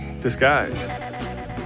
disguise